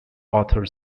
author